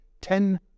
ten